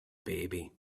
baby